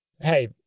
Hey